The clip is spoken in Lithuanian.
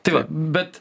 tai va bet